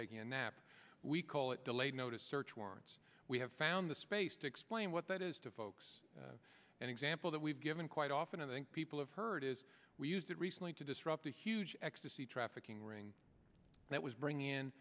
taking a nap we call it delayed notice search warrants we have found the space to explain what that is to folks an example that we've given quite often and i think people have heard is we used it recently to disrupt a huge ecstasy trafficking ring that was bringing in